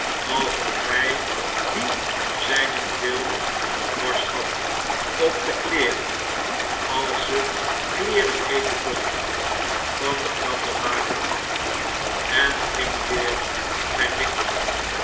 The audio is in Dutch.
alsof hjj die om zjjnentwil bemorst had op de kleeren als ze kleeren heeten mochten van den grappenmaker af en ging weer in zjjn winkel